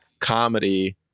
comedy